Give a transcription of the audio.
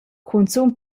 cunzun